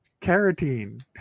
carotene